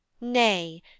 Nay